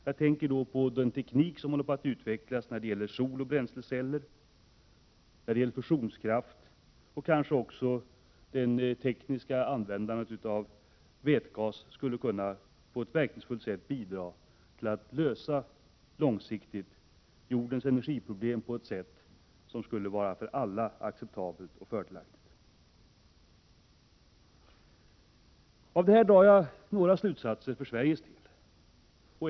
Jag tänker då bl.a. på den teknik som håller på att utvecklas när det gäller soloch bränsleceller och fusionskraft, och också på det möjliga användningsområdet för vätgas. Av det sagda drar jag några slutsatser för Sveriges del.